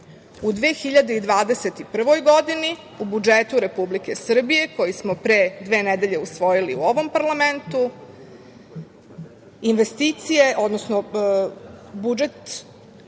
2021. godini u budžetu Republike Srbije, koji smo pre dve nedelje usvojili u ovom parlamentu, budžet